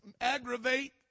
aggravate